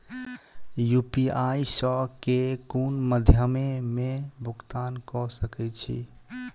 UPI सऽ केँ कुन मध्यमे मे भुगतान कऽ सकय छी?